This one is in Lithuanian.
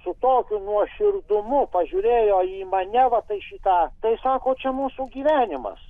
su tokiu nuoširdumu pažiūrėjo į mane va tai šį tą tai sako čia mūsų gyvenimas